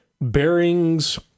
bearings